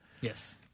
Yes